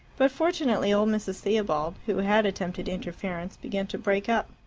but fortunately old mrs. theobald, who had attempted interference, began to break up.